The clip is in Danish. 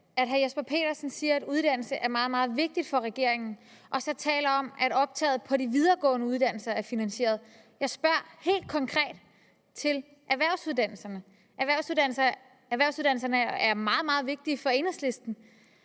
at hr. Jesper Petersen siger, at uddannelse er meget, meget vigtigt for regeringen, og taler om, at optaget på de videregående uddannelser er finansieret, når jeg helt konkret spørger til erhvervsuddannelserne. Erhvervsuddannelserne er meget vigtige for Enhedslisten,